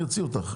אני אוציא אותך,